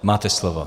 Máte slovo.